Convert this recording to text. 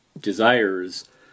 desires